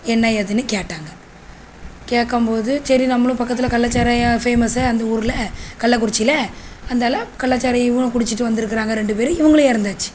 என்ன எதுன்னு கேட்டாங்கள் கேட்கம் போது சரி நம்மளும் பக்கத்தில் கள்ளச்சாராயம் ஃபேமஸ்ஸு அந்த ஊர்ல கள்ளக்குறிச்சியில அதனால் கள்ளச்சாராயம் இவனும் குடிச்சிட்டு வந்துருக்கிறாங்க ரெண்டு பேர் இவங்களும் இறந்தாச்சி